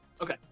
okay